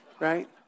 right